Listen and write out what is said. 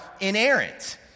inerrant